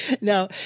Now